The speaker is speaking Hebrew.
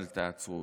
אבל תעצרו.